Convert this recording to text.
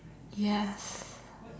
ya